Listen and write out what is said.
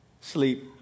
Sleep